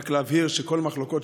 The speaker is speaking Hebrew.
רק להבהיר שכל המחלוקות,